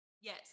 Yes